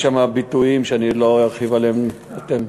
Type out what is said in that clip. יש שם ביטויים שאני לא ארחיב עליהם, אין טעם,